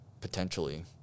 potentially